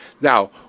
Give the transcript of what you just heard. Now